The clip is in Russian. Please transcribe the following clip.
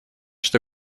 что